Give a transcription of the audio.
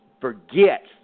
forget